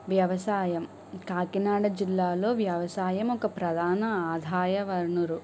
వ్యవసాయం కాకినాడ జిల్లాలో వ్యవసాయం ఒక ప్రధాన ఆదాయ వనరు